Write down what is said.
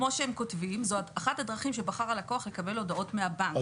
כמו שהם כותבים זו אחת הדרכים שבחר הלקוח לקבל הודעות מהבנק.